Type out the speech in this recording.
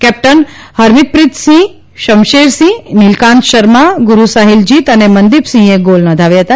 captain Harmeetpreet Singh Shamsher Singh Nilakant Sharma Gurusahiljit અને મનદીપ સિંહે goal નોંધાવ્યા હતા